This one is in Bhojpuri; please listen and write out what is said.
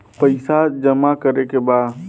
पैसा जमा करे के बा?